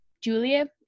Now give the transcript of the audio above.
julia